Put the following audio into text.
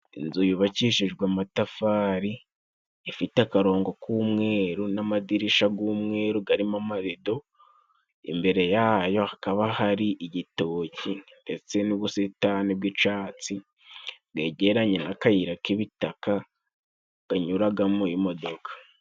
Inzu yubakishijwe amatafari, ifite akarongo k'umweru n'amadirisha g'umweru garimo amarido, imbere yayo hakaba hari igitoki ndetse n'ubusitani bw'icatsi bwegeranye n'akayira k'ibitaka kanyuragamo imodoka.